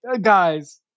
Guys